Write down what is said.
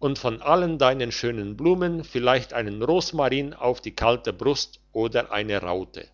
und von allen deinen schönen blumen vielleicht einen rosmarin auf die kalte brust oder eine raute